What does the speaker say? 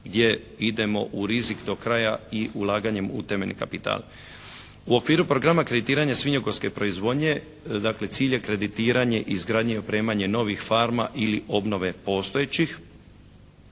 gdje idemo i rizik do kraja i ulaganjem u temeljni kapital. U okviru programa kreditiranja svinjogojske proizvodnje, dakle cilj je kreditiranje izgradnje i opremanje novih farma ili obnove postojećih.